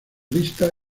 budista